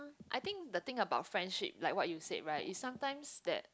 I think the thing about friendship like what you said right is sometimes that